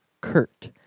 Kurt